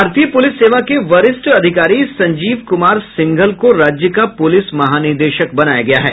भारतीय पुलिस सेवा के वरिष्ठ अधिकारी संजीव कुमार सिंघल को राज्य का प्रलिस महानिदेशक बनाया गया है